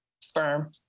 Sperm